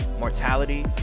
mortality